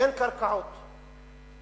אין קרקעות.